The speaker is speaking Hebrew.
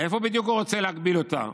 הוא רוצה להגביל אותה?